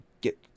get